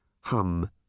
hum